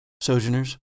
Sojourners